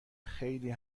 خیلی